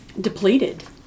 depleted